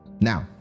Now